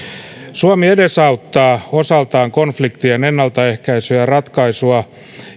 suomi edesauttaa osaltaan konfliktien ennaltaehkäisyä ja ratkaisua